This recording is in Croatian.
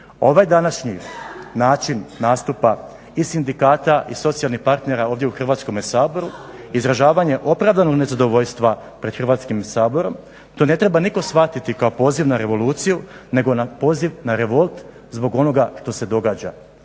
Ovaj današnji način nastupa i sindikata i socijalnih partnera ovdje u Hrvatskome saboru, izražavanje opravdanog nezadovoljstva pred Hrvatskim saborom, to ne treba nitko shvatiti kao poziv na revoluciju, nego poziv na revolt zbog onoga što se događa